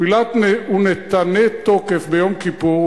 תפילת "ונתנה תוקף" ביום כיפור,